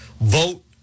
vote